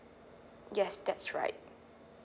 yes that's right